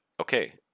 Okay